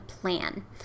plan